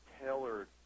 tailored